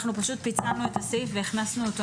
אנחנו פשוט פיצלנו את הסעיף והכנסנו אותו.